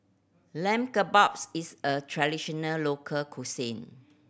Lamb Kebabs is a traditional local cuisine